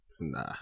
Nah